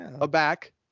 aback